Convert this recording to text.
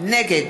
נגד